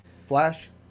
Flash